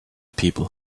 people